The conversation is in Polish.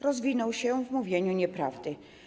Rozwinął się w mówieniu nieprawdy.